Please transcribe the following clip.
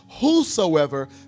whosoever